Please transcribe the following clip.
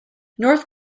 north